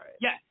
Yes